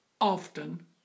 often